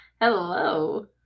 hello